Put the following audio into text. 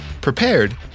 prepared